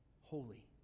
holy